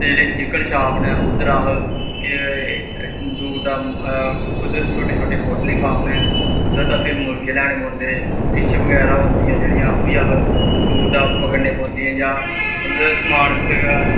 ते जेह्ड़ी chicken shop न उद्धर अस दूर दा उद्धर छोटे छोटे पोल्टरी फार्म ऐ उद्धर दा फिर मुर्गे लेआने पौंदे फिश बगैरा होंदियां जेह्ड़ियां ओह् बी अस दूर दा पकडने पौंदी ऐ जां मतलब समान